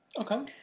okay